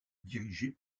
dirigée